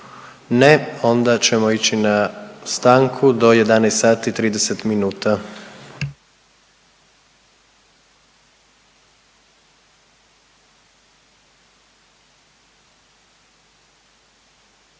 Ne, onda ćemo ići na stanku do 11 sati i 30 minuta.